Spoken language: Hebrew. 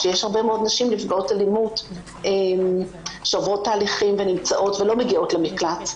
שיש הרבה מאוד נשים נפגעות אלימות שעוברות תהליכים ולא מגיעות למקלט,